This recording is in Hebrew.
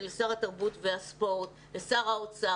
לשר התרבות והספורט ולשר האוצר.